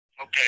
Okay